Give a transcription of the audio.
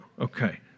Okay